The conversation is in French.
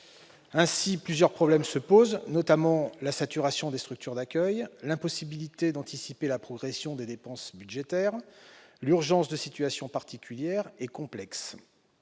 Ainsi, plusieurs problèmes se posent, notamment la saturation des structures d'accueil, l'impossibilité d'anticiper la progression des dépenses budgétaires, ou encore l'urgence de situations particulières et complexes.